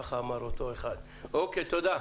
תודה.